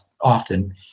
often